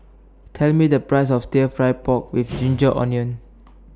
Tell Me The Price of Stir Fry Pork with Ginger Onions